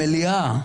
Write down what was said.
למליאה,